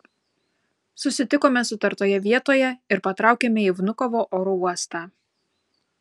susitikome sutartoje vietoje ir patraukėme į vnukovo oro uostą